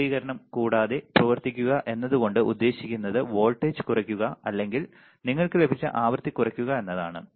വക്രീകരണം കൂടാതെ പ്രവർത്തിക്കുക എന്നത് കൊണ്ട് ഉദ്ദേശിക്കുന്നത് വോൾട്ടേജ് കുറയ്ക്കുക അല്ലെങ്കിൽ നിങ്ങൾക്ക് ലഭിച്ച ആവൃത്തി കുറയ്ക്കുക എന്നതാണ്